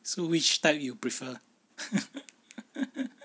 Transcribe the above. so which type you prefer